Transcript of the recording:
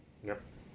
yup